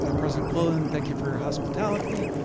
ah president quillen, thank you for your hospitality.